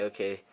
Okay